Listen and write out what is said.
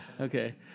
Okay